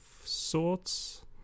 sorts